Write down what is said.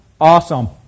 awesome